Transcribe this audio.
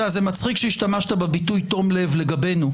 מצחיק שהשתמשת בביטוי "תום לב" לגבינו.